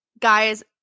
Guys